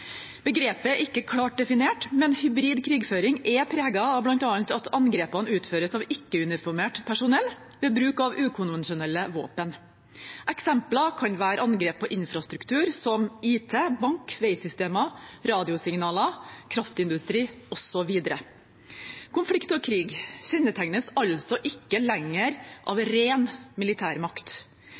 Begrepet er ikke klart definert, men hybrid krigføring er preget av bl.a. at angrepene utføres av ikke-uniformert personell ved bruk av ukonvensjonelle våpen. Eksempler kan være angrep på infrastruktur som IT, bank, veisystemer, radiosignaler, kraftindustri osv. Konflikt og krig kjennetegnes altså ikke lenger av ren militærmakt.